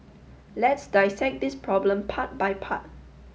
let's dissect this problem part by part